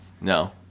no